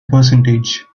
percentage